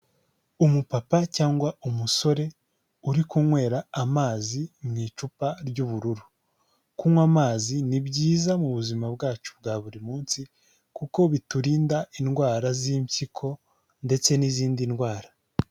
Umupapa cyangwa umusore uri kunywera amazi mu icupa ry'ubururu, kunywa amazi ni byiza mu buzima bwacu bwa buri munsi kuko biturinda indwara z'impyiko ndetse n'izindi ndwara.